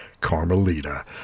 Carmelita